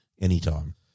anytime